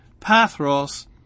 Pathros